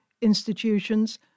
institutions